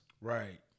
Right